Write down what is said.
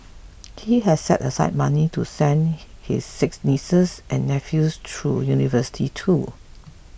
he has set aside money to send his six nieces and nephews through university too